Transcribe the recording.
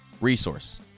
resource